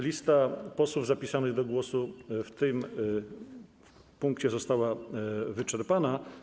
Lista posłów zapisanych do głosu w tym punkcie została wyczerpana.